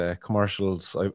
commercials